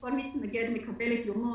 שכל מתנגד מקבל את יומו,